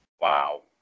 Wow